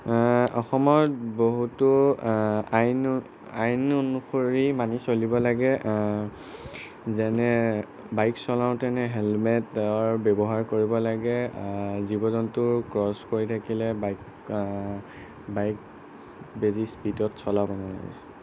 অসমত বহুতো আইন আইন অনুসৰি মানি চলিব লাগে যেনে বাইক চলাওঁতেনে হেলমেটৰ ব্যৱহাৰ কৰিব লাগে জীৱ জন্তু ক্ৰছ কৰি থাকিলে বাইক বাইক বেছি স্পিডত চলাব নালাগে